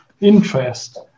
interest